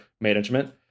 management